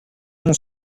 mon